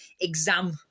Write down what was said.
exam